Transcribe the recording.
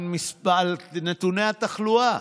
על נתוני התחלואה